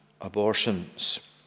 abortions